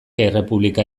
errepublika